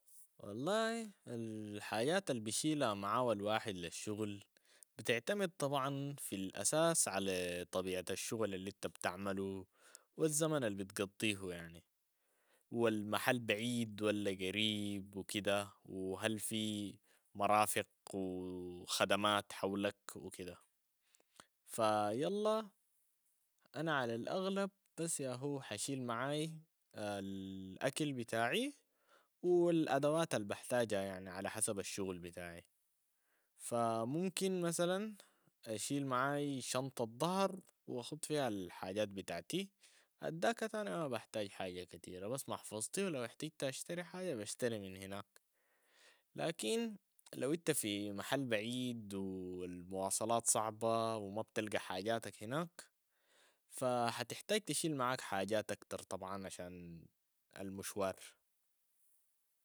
والله الحاجات البشيلها معاهو الواحد للشغل بتعتمد طبعا في الأساس على طبيعة الشغل النت بتعملو و الزمن البتقضيهو يعني و المحل بعيد ولا قريب و كده و هل في مرافق و خدمات حولك و كده، فيلا أنا على الأغلب بس ياهو حشيل معاي ال- أكل بتاعي و الأدوات البحتاجها يعني على حسب الشغل بتاعي، فا ممكن مثلا أشيل معاي شنطة ضهر و أخت فيها الحاجات بتاعتي، بعداك تاني ما بحتاج حاجة كتيرة بس محفظتي و لو احتجت أشتري حاجة بشتري من هناك، لكن لو انت في محل بعيد و المواصلات صعبة و ما بتلقى حاجاتك هناك ف- حتحتاج تشيل معاك حاجات اكتر طبعا عشان المشوار.